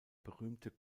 berühmte